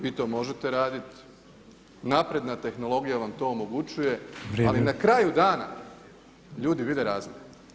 Vi to možete raditi, napredna tehnologija vam to omogućuje, ali na kraju dana [[Upadica Petrov: Vrijeme.]] ljudi vide razliku.